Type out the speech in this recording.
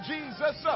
Jesus